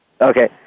Okay